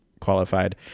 qualified